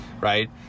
right